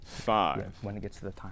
Five